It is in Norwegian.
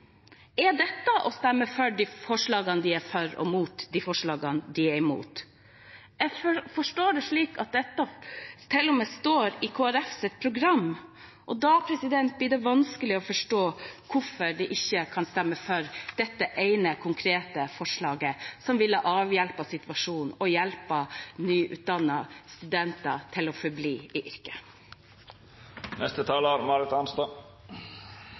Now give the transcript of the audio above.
Er dette å stemme for de forslagene de er for, og imot de forslagene de er imot? Jeg forstår at dette til og med står i Kristelig Folkepartis program, og da blir det vanskelig å forstå hvorfor de ikke kan stemme for dette ene, konkrete forslaget, som ville avhjulpet situasjonen og hjulpet nyutdannede studenter til å forbli i